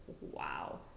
wow